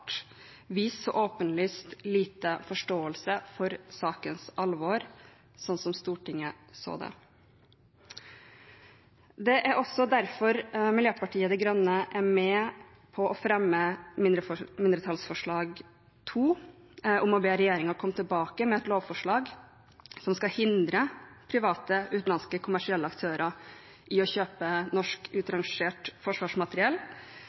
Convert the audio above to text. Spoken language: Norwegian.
åpenlyst lite forståelse for sakens alvor, sånn som Stortinget så det. Det er også derfor Miljøpartiet De Grønne er med på å fremme mindretallsforslag nr. 2, om å be regjeringen komme tilbake med et lovforslag som skal hindre private, utenlandske kommersielle aktører i å kjøpe norsk utrangert forsvarsmateriell.